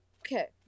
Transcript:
Okay